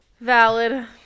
Valid